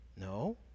No